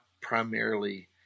primarily